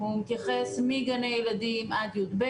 אנחנו נתייחס מגני הילדים עד י"ב,